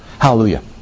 Hallelujah